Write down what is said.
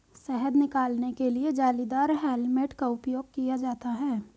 शहद निकालने के लिए जालीदार हेलमेट का उपयोग किया जाता है